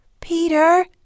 Peter